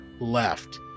left